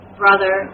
brother